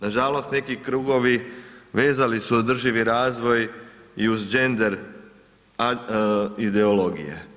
Nažalost neki krugovi vezali su održivi razvoj i uz gender ideologije.